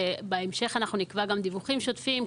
ובהמשך אנחנו נקבע גם דיווחים שוטפים,